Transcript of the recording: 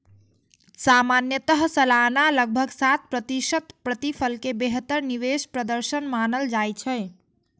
सामान्यतः सालाना लगभग सात प्रतिशत प्रतिफल कें बेहतर निवेश प्रदर्शन मानल जाइ छै